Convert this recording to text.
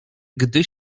gdy